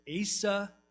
Asa